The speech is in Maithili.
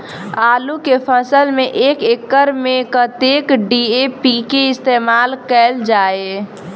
आलु केँ फसल मे एक एकड़ मे कतेक डी.ए.पी केँ इस्तेमाल कैल जाए?